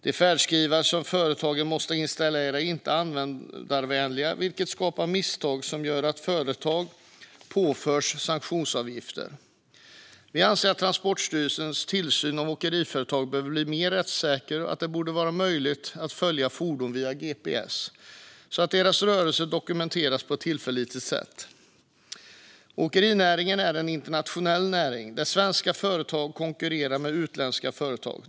De färdskrivare som företagen måste installera är inte användarvänliga, vilket skapar misstag som gör att företag påförs sanktionsavgifter. Vi anser att Transportstyrelsens tillsyn av åkeriföretagen behöver bli mer rättssäker och att det borde vara möjligt att följa fordon via gps så att deras rörelser dokumenteras på ett tillförlitligt sätt. Åkerinäringen är en internationell näring där svenska företag konkurrerar med utländska företag.